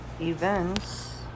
events